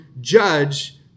judge